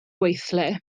gweithle